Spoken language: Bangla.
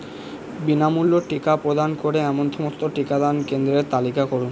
বিনামূল্য টিকা প্রদান করে এমন সমস্ত টিকাদান কেন্দ্রের তালিকা করুন